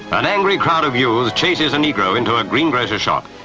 an angry crowd of youths chases a negro into a greengrocers shop,